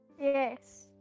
Yes